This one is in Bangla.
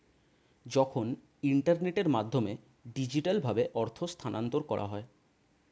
যখন ইন্টারনেটের মাধ্যমে ডিজিটালভাবে অর্থ স্থানান্তর করা হয়